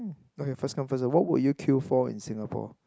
okay first come first what will you queue for in Singapore